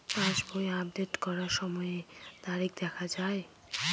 পাসবই update করার সময়ে তারিখ দেখা য়ায়?